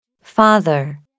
Father